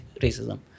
racism